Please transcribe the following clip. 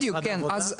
בדיוק כן,